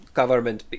government